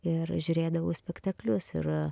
ir žiūrėdavau spektaklius ir